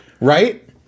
Right